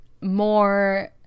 more